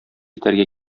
итәргә